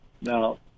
Now